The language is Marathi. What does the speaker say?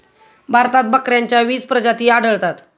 भारतात बकऱ्यांच्या वीस प्रजाती आढळतात